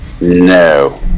no